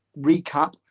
recap